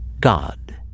God